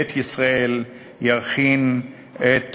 בית ישראל ירכין את